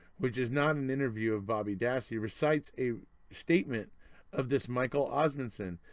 which is not an interview of bobby dassey, recites a statement of this michael osmunson,